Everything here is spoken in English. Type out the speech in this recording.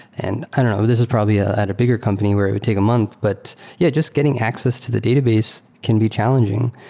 and i don't know. this probably ah at a bigger company where it would take a month, but yeah, just getting access to the database can be challenging.